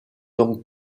donc